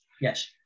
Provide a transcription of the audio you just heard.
Yes